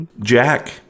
Jack